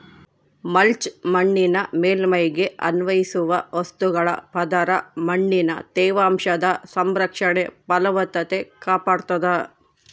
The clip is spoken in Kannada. ಮಲ್ಚ್ ಮಣ್ಣಿನ ಮೇಲ್ಮೈಗೆ ಅನ್ವಯಿಸುವ ವಸ್ತುಗಳ ಪದರ ಮಣ್ಣಿನ ತೇವಾಂಶದ ಸಂರಕ್ಷಣೆ ಫಲವತ್ತತೆ ಕಾಪಾಡ್ತಾದ